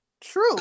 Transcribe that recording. True